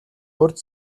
урьд